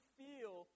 feel